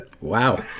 Wow